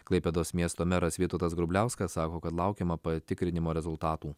klaipėdos miesto meras vytautas grubliauskas sako kad laukiama patikrinimo rezultatų